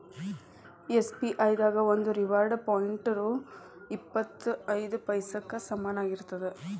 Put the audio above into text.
SBI ದಾಗ ಒಂದು reward point ರೊ ಇಪ್ಪತ್ ಐದ ಪೈಸಾಕ್ಕ ಸಮನಾಗಿರ್ತದ